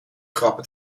grappen